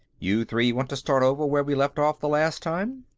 you three want to start over where we left off the last time?